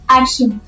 action